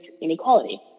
inequality